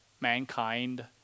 mankind